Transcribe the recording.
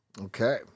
Okay